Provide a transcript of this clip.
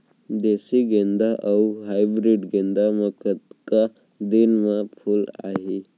देसी गेंदा अऊ हाइब्रिड गेंदा म कतका दिन म फूल आही?